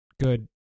good